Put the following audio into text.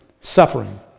suffering